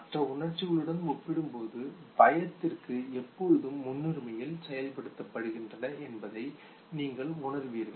மற்ற உணர்ச்சிகளுடன் ஒப்பிடும்போது பயத்திற்கு எப்பொழுதும் முன்னுரிமையில் செயல்படுத்தப்படுகின்றன என்பதை நீங்கள் உணர்வீர்கள்